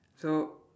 so